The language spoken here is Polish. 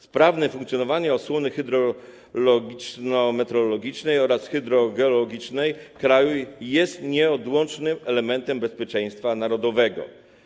Sprawne funkcjonowanie osłony hydrologiczno-meteorologicznej oraz osłony hydrogeologicznej kraju jest nieodłącznym elementem bezpieczeństwa narodowego.